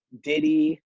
Diddy